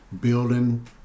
building